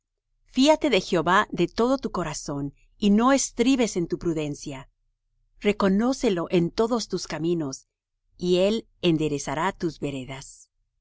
fíate de jehová de todo tu corazón y no estribes en tu prudencia reconócelo en todos tus caminos y él enderezará tus veredas no